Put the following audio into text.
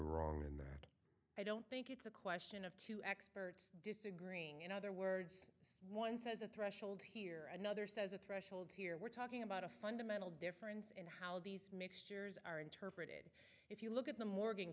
wrong in that i don't think it's a question of two experts disagreeing in other words one says a threshold here another says a threshold here we're talking about a fundamental difference in how these mixtures are interpreted if you look at the morgan